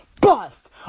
bust